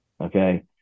okay